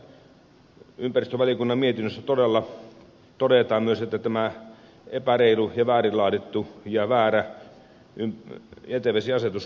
tässä ympäristövaliokunnan mietinnössä todella todetaan myös että tämä epäreilu ja väärin laadittu ja väärä jätevesiasetus kumotaan